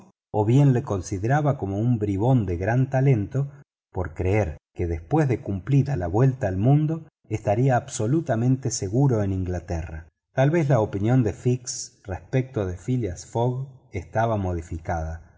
o bien lo consideraba como un bribón de gran talento por creer que después de cumplida la vuelta al mundo estaría absolutamente seguro en inglaterra tal vez la opinión de fix respecto de phileas fogg se había